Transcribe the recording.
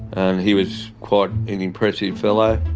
and he was quite an impressive fellow.